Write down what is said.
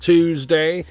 Tuesday